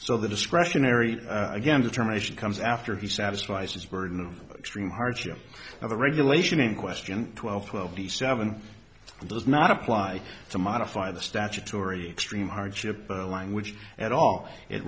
so the discretionary again determination comes after he satisfy says burden of extreme hardship of the regulation in question twelve twelve the seven does not apply to modify the statutory extreme hardship language at all it